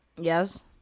Yes